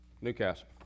Newcastle